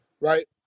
right